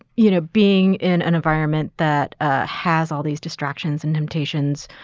you know, being in an environment that ah has all these distractions and temptations,